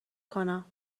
کنم